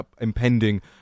impending